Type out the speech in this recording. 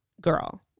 girl